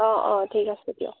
অঁ অঁ ঠিক আছে দিয়ক